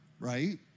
right